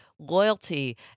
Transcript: loyalty